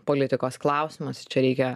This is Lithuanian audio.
politikos klausimas čia reikia